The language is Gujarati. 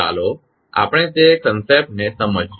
ચાલો આપણે તે ખ્યાલ ને સમજીએ